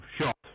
shot